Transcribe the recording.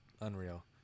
unreal